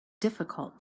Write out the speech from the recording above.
difficult